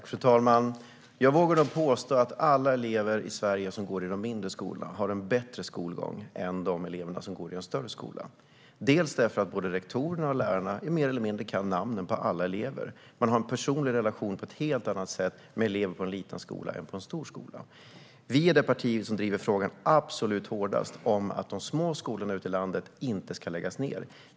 Fru talman! Jag vågar påstå att alla elever som går i en mindre skola har en bättre skolgång än de elever som går i en större skola. På en liten skola kan rektor och lärare namnen på alla elever, och de har en personlig relation till eleverna på ett helt annat sätt än på en stor skola. Vi är det parti som hårdast driver frågan att de små skolorna inte ska läggas ned.